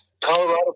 Colorado